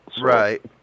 Right